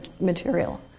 material